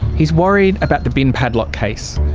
he's worried about the bin padlock case.